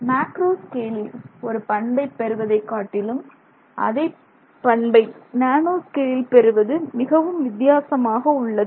macro ஸ்கேலில் ஒரு பண்பை பெறுவதை காட்டிலும் அதே பண்பை நானோ ஸ்கேலில் பெறுவது மிகவும் வித்தியாசமாக உள்ளது